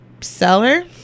seller